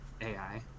AI